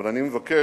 אבל אני מבקש,